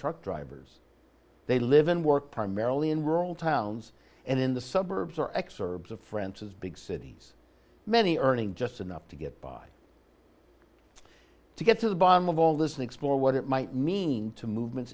truck drivers they live in work primarily in rural towns and in the suburbs or ex urbs of france's big cities many earning just enough to get by to get to the bottom of all this and explore what it might mean to movements